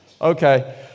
Okay